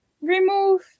remove